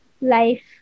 life